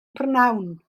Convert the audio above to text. prynhawn